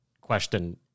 question